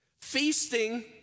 feasting